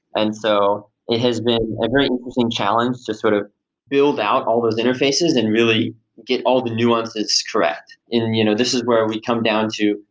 and so, it has been a very interesting challenge to sort of built out all those interfaces and really get all the nuances correct. you know this is where we come down to.